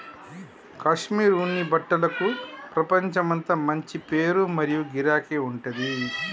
కాశ్మీర్ ఉన్ని బట్టలకు ప్రపంచమంతా మంచి పేరు మరియు గిరాకీ ఉంటది